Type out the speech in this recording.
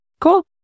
cool